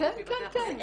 השירות מבתי החולים?